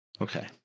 Okay